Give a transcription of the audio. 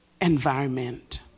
environment